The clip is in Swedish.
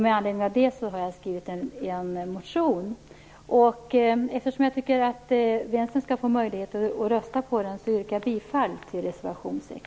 Med anledning av detta har jag skrivit en motion, och för att Vänstern skall få möjlighet att rösta för den yrkar jag bifall till reservation 6.